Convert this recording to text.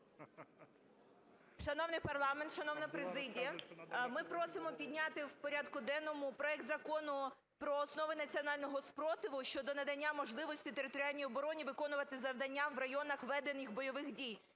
Шановний парламент, шановна президія! Ми просимо підняти в порядку денному проект Закону "Про основи національного спротиву" щодо надання можливості територіальній обороні виконувати завдання в районах ведення бойових дій